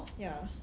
ya